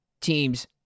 teams